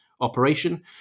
operation